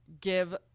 give